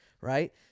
right